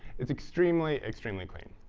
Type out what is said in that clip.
it's extremely, extremely clean.